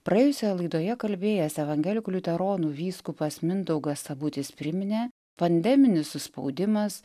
praėjusioje laidoje kalbėjęs evangelikų liuteronų vyskupas mindaugas sabutis priminė pandeminis suspaudimas